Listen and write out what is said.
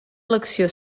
elecció